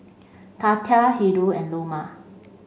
Tatia Hildur and Loma